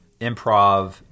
improv